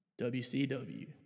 wcw